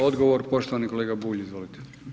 Odgovor, poštovani kolega Bulj, izvolite.